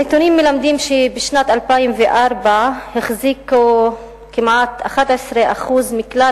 הנתונים מלמדים שבשנת 2004 החזיקו כמעט 11% מכלל